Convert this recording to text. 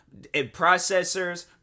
processors